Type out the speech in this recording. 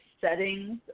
settings